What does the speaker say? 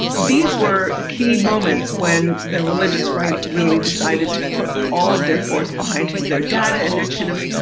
these were key moments when the religious right really decided to put all of their force behind him. their data initiatives.